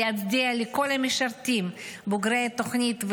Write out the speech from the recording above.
להצדיע לכל המשרתים בוגרי התוכנית,